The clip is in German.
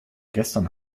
gestern